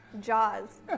Jaws